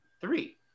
Three